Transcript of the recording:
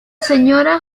señora